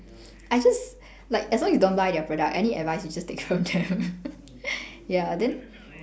I just like as long as you don't buy their product any advice you just take from them ya then